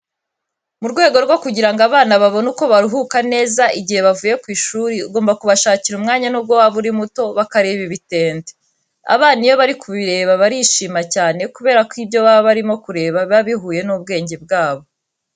Mu rwego rwo kugira ngo abana babone uko baruhuka neza, igihe bavuye ku ishuri ugomba kubashakira umwanya nubwo waba ari muto, bakareba ibitente. Abana iyo bari kubireba barishima cyane kubera ko ibyo baba barimo kureba biba bihuye n'ubwenge bwabo.